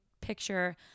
picture